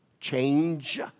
change